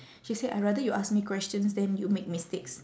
she said I rather you ask me questions than you make mistakes